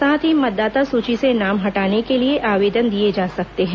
साथ ही मतदाता सूची से नाम हटाने के लिए आवेदन दिए जा सकते हैं